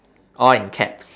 all in caps